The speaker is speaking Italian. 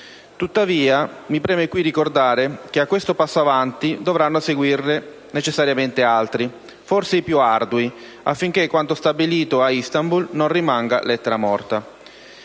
Tuttavia mi preme qui ricordare che a questo passo in avanti dovranno seguirne necessariamente altri, forse i più ardui, affinché quanto stabilito ad Istanbul non rimanga lettera morta.